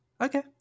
Okay